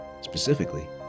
specifically